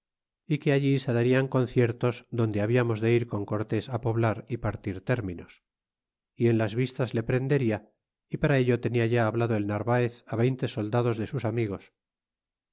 é que allí se darian conciertos donde hablamos de ir con cortés poblar y partir términos y en las vistas le prenderia y para ello tenia ya hablado el narvaez veinte soldados de sus amigos